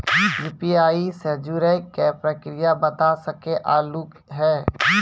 UPI से जुड़े के प्रक्रिया बता सके आलू है?